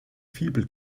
fibel